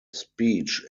speech